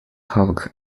hulk